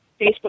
Facebook